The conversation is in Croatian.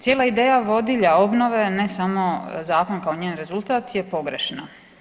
Cijela ideja vodilja obnove ne samo zakon kao njen rezultat je pogrešna.